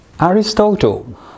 Aristotle